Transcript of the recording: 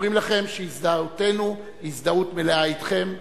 אומרים לכם שהזדהותנו היא הזדהות מלאה אתכם,